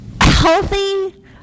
healthy